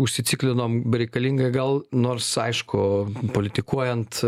užsiciklinom bereikalingai gal nors aišku politikuojant